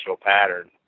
pattern